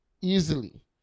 easily